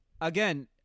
again